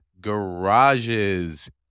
garages